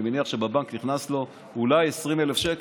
אני מניח שלבנק נכנסים לו אולי 20,000 שקל.